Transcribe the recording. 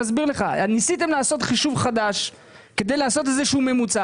ניסיתם לעשות חישוב חדש כדי לעשות איזשהו ממוצע.